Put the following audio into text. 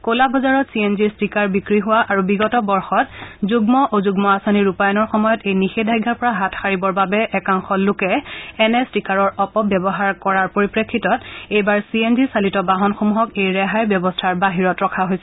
কলা বজাৰত C N জিৰ ষ্টিকাৰ বিক্ৰী হোৱা আৰু বিগত বৰ্ষত যুগ্ম অযুগ্ম আচনি ৰূপায়ণৰ সময়ত এই নিষেধাজ্ঞাৰ পৰা হাত সাৰিবৰ বাবে একাংশ লোকে এনে ষ্টিকাৰৰ অপব্যৱহাৰ কৰাৰ পৰিপ্ৰেফ্ণিতত এইবাৰ চি এন জিচালিত বাহনসমূহক এই ৰেহাইৰ ব্যৱস্থাৰ বাহিৰত ৰখা হৈছে